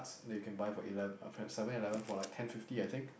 that you can buy from Eleven from Seven Eleven for like ten fifty I think